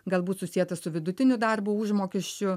galbūt susietas su vidutiniu darbo užmokesčiu